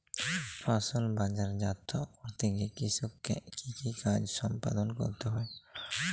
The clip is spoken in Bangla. ফসল বাজারজাত করতে গিয়ে কৃষককে কি কি কাজ সম্পাদন করতে হয়?